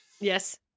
Yes